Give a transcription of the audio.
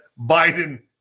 biden